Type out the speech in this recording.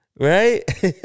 Right